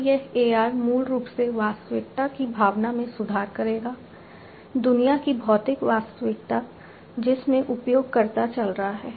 तो यह AR मूल रूप से वास्तविकता की भावना में सुधार करेगा दुनिया की भौतिक वास्तविकता जिसमें उपयोगकर्ता चल रहा है